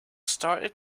started